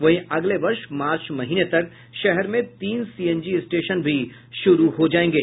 वहीं अगले वर्ष मार्च महीने तक शहर में तीन सीएनजी स्टेशन भी शुरू हो जायेंगे